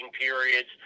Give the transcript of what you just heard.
periods